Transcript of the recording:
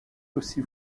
aussi